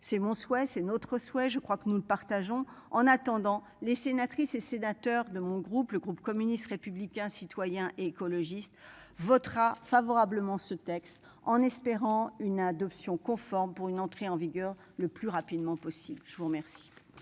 C'est mon souhait, c'est notre souhait, je crois que nous ne partageons en attendant les sénatrices et sénateurs de mon groupe, le groupe communiste, républicain, citoyen et écologiste votera favorablement ce texte en espérant une adoption conforme pour une entrée en vigueur le plus rapidement possible. Je vous remercie.